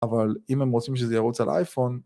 אבל אם הם רוצים שזה ירוץ על האייפון